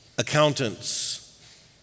accountants